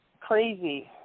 crazy